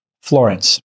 Florence